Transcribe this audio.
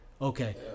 Okay